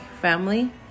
family